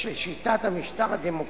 של שיטת המשטר הדמוקרטי.